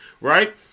right